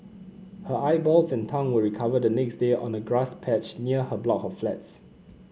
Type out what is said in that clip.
her eyeballs and tongue were recovered the next day on a grass patch near her block of flats